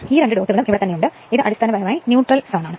ഈ രണ്ട് ഡോട്ടുകളും ഇവിടെയുണ്ട് ഇത് അടിസ്ഥാനപരമായി ന്യൂട്രൽ സോണാണ്